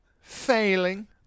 failing